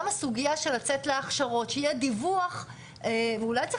גם הסוגיה של לצאת להכשרות שיהיה דיווח ואולי צריך